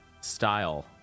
style